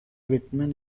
whitman